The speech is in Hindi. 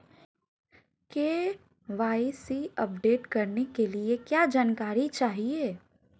के.वाई.सी अपडेट करने के लिए क्या जानकारी चाहिए?